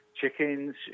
chickens